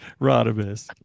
Rodimus